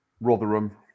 Rotherham